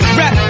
rap